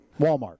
Walmart